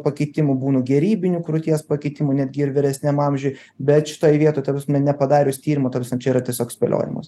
pakitimų būna gerybinių krūties pakitimų netgi ir vyresniam amžiuj bet šitoj vietoj ta prasme nepadarius tyrimo ta prasme čia yra tiesiog spėliojimas